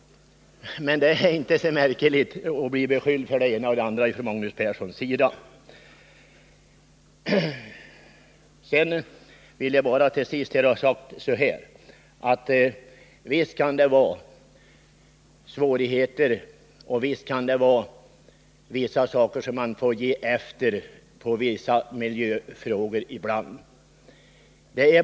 Men det är inte särskilt märkligt att bli beskylld för allt möjligt av Magnus Persson. Till sist vill jag bara säga att visst kan det finnas svårigheter och visst kan det vara så att man får ge efter i vissa saker i vissa miljöfrågor ibland.